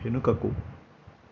వెనుకకు